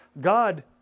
God